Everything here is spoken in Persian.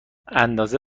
اندازه